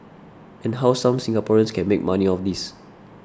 and how some Singaporeans can make money off this